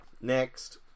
Next